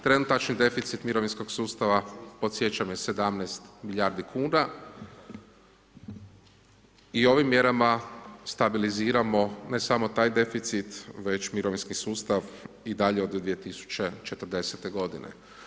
Trenutačni deficit mirovinskog sustava podsjećam je 17 milijardi kuna i ovim mjerama stabiliziramo ne samo taj deficit već mirovinski sustav i dalje od 2040. godine.